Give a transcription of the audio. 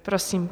Prosím.